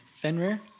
Fenrir